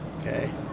okay